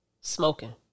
smoking